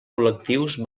col·lectius